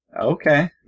Okay